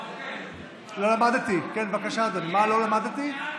מה לא למדתי?